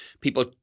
people